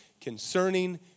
concerning